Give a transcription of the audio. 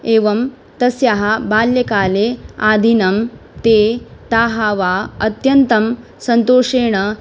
एवं तस्याः बाल्यकाले आदिनं ते ताः वा अत्यन्तं सन्तोषेण